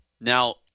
Now